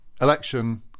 election